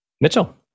Mitchell